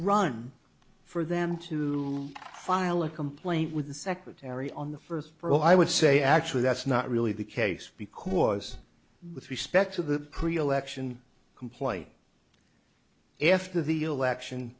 run for them to file a complaint with the secretary on the first for all i would say actually that's not really the case because with respect to the pre election complaint after the election